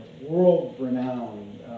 world-renowned